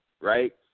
right